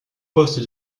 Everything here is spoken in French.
poste